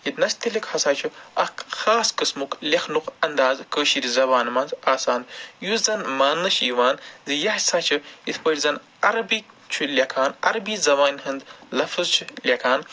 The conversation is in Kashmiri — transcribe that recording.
یہِ نستعلیق ہسا چھُ اکھ خاص قٕسمُک لٮ۪کھنُک اَندازٕ کٲشِر زَبانہِ منٛز آسان یُس زَن ماننہٕ چھُ یِوان زِ یہِ ہسا چھُ یِتھ پٲٹھۍ زَن عرَبِک چھُ لٮ۪کھان عربی زَبانہِ ہُند لَفظ چھُ لٮ۪کھان